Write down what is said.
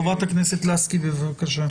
חברת הכנסת לסקי, בבקשה.